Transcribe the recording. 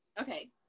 okay